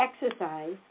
exercise